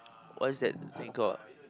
what's that thing called